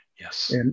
Yes